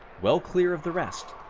well clear of the rest.